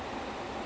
ya